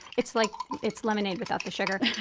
it's like it's lemonade without the sugar,